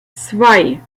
zwei